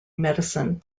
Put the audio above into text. medicine